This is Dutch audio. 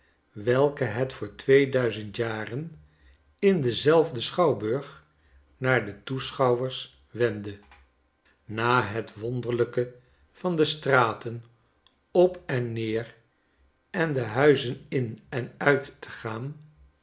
welken het voor twee duizend jaren in denzelfden schouwburg naar de toeschouwers wendde na het wonderlijke van de straten op en neer en de huizen in en uit te gaan